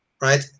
right